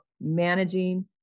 managing